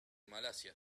malasia